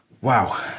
wow